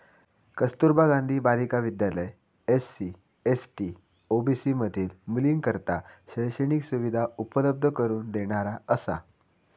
कस्तुरबा गांधी बालिका विद्यालय SC, ST, OBC मधील मुलींकरता शैक्षणिक सुविधा उपलब्ध करून देणारा असा